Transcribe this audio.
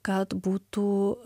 kad būtų